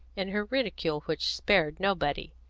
in her ridicule which spared nobody.